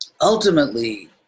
Ultimately